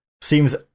seems